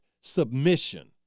submission